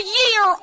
year